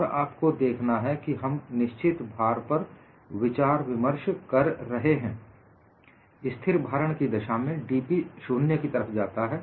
और आपको देखना है कि हम निश्चित भार पर विचार विमर्श कर रहे हैं स्थिर भारण की दशा में dP शून्य की तरफ जाता है